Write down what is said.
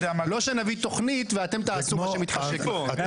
שלמה, אתה